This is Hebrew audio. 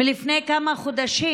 מהמקרה שהיה לפני כמה חודשים,